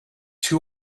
two